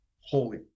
holy